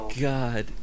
god